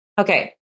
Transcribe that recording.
Okay